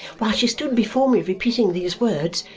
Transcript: while she stood before me repeating these words,